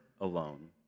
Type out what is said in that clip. alone